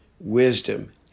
wisdom